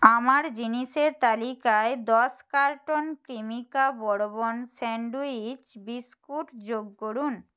আমার জিনিসের তালিকায় দশ carton Cremica bourbon sandwich biscuit যোগ করুন